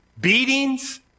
beatings